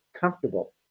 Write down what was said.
comfortable